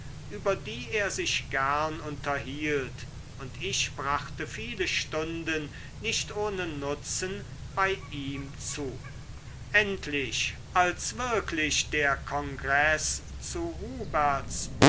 über die er sich gern unterhielt und ich brachte viele stunden nicht ohne nutzen bei ihm zu endlich als wirklich der kongreß zu